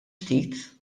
ftit